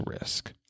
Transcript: risk